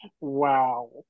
Wow